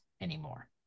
anymore